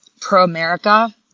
pro-America